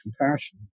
compassion